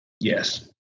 Yes